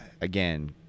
again